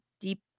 deep